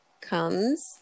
comes